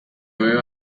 veo